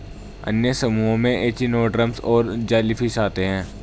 अन्य समूहों में एचिनोडर्म्स और जेलीफ़िश आते है